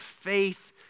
faith